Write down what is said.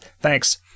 thanks